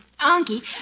Anki